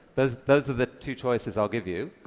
those those are the two choices i'll give you.